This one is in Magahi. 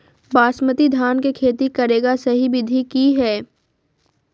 बासमती धान के खेती करेगा सही विधि की हय?